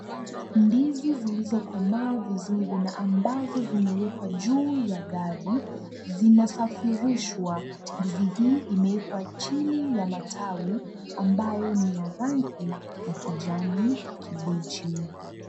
Ndizi zilizokomaa vizuri na ambazo zimewekwa juu ya nmgari ambazo zinasafirishwa. Ndizi hii imewekwa chini ya matawi ambayo ni rangi ya kijani kibichi.